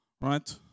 right